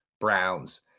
Browns